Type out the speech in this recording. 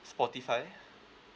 spotify